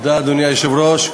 אדוני היושב-ראש,